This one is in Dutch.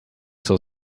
zal